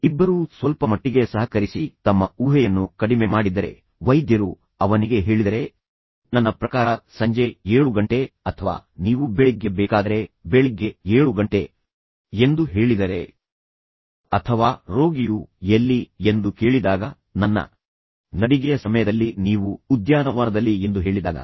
ಇಬ್ಬರೂ ಸ್ವಲ್ಪಮಟ್ಟಿಗೆ ಸಹಕರಿಸಿ ತಮ್ಮ ಊಹೆಯನ್ನು ಕಡಿಮೆ ಮಾಡಿದ್ದರೆ ವೈದ್ಯರು ಅವನಿಗೆ ಹೇಳಿದರೆ ನನ್ನ ಪ್ರಕಾರ ಸಂಜೆ 7 ಗಂಟೆ ಅಥವಾ ನೀವು ಬೆಳಿಗ್ಗೆ ಬೇಕಾದರೆ ಬೆಳಿಗ್ಗೆ 7 ಗಂಟೆ ಎಂದು ಹೇಳಿದರೆ ಅಥವಾ ರೋಗಿಯು ಎಲ್ಲಿ ಎಂದು ಕೇಳಿದಾಗ ನನ್ನ ನಡಿಗೆಯ ಸಮಯದಲ್ಲಿ ನೀವು ಉದ್ಯಾನವನದಲ್ಲಿ ಎಂದು ಹೇಳಿದಾಗ